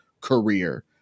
career